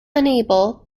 unable